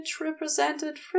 represented